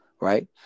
right